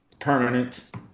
Permanent